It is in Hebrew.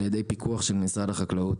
על ידי פיקוח של משרד החקלאות,